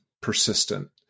persistent